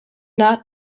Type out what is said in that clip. not